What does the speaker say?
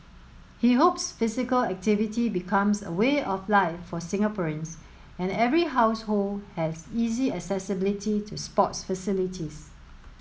he hopes physical activity becomes a way of life for Singaporeans and every household has easy accessibility to sports facilities